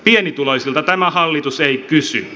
pienituloisilta tämä hallitus ei kysy